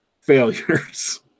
failures